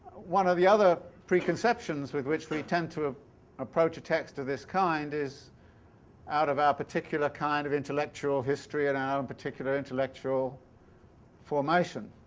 one of the other preconceptions with which we tend to approach a text of this kind is out of our particular kind of intellectual history, and our own particular intellectual formation,